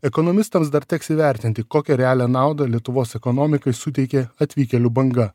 ekonomistams dar teks įvertinti kokią realią naudą lietuvos ekonomikai suteikė atvykėlių banga